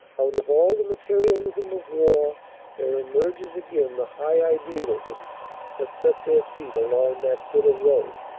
out of all the material ism of war there emerges again the high idealism that set their feet along that bitter road.